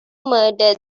murder